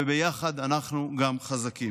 וביחד אנחנו גם חזקים.